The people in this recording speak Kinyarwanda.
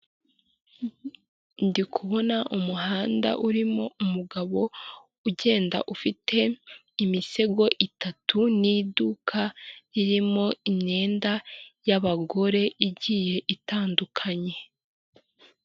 Ndi kubona umuhanda urimo umugabo ugenda ufite imisego itatu, n'iduka irimo imyenda yabagore igiye itandukanye.